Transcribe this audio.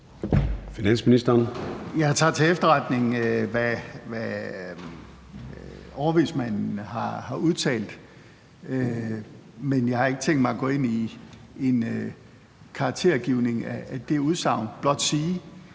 Jeg tager til efterretning, hvad overvismanden har udtalt, men jeg har ikke tænkt mig at gå ind i en karaktergivning af det udsagn. Jeg vil